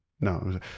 No